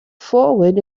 forward